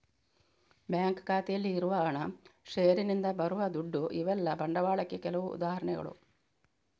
bank ಖಾತೆಯಲ್ಲಿ ಇರುವ ಹಣ, ಷೇರಿನಿಂದ ಬರುವ ದುಡ್ಡು ಇವೆಲ್ಲ ಬಂಡವಾಳಕ್ಕೆ ಕೆಲವು ಉದಾಹರಣೆಗಳು